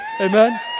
Amen